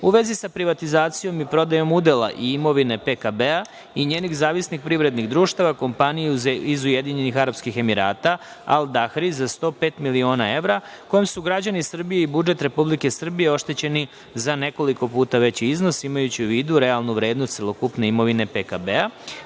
u vezi sa privatizacijom i prodajom udela i imovine PKB i njenih zavisnih privrednih društava kompaniji iz Ujedinjenih Arapskih Emirata, Al Dahri za 105 miliona evra, kojom su građani Srbije i budžet Republike Srbije oštećeni za nekoliko puta veći iznos imajući u vidu realnu vrednost celokupne imovine PKB